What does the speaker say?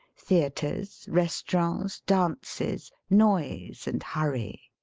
theatres, restaurants, dances, noise, and hurry.